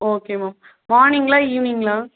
okay ma'am மார்னிங்ளா ஈவினிங்ளா